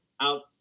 out